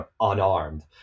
unarmed